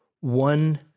one